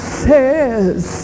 says